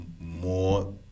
more